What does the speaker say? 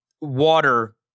water